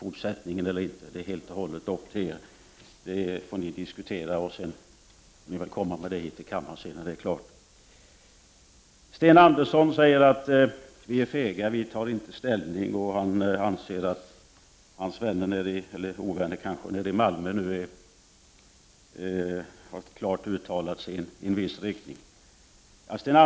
Det är helt och hållet er sak. Det får ni diskutera själva och sedan komma med resultatet till kammaren när det är klart. Sten Andersson i Malmö säger att vi är fega och inte tar ställning. Han 35 säger att hans vänner — eller kanske ovänner — i Malmö har uttalat sig klart ien viss riktning.